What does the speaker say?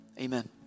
Amen